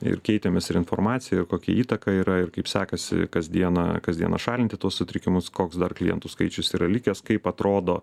ir keitėmės ir informacija kokią įtaką yra ir kaip sekasi kasdieną kasdieną šalinti tuos sutrikimus koks dar klientų skaičius yra likęs kaip atrodo